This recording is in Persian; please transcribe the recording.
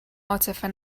عاطفه